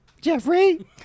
Jeffrey